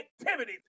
activities